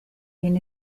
bien